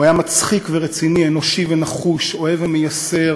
הוא היה מצחיק ורציני, אנושי ונחוש, אוהב ומייסר,